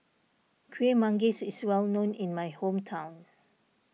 Kuih Manggis is well known in my hometown